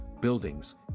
buildings